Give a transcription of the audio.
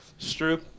Stroop